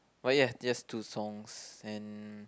but yeah just two songs and